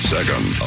Second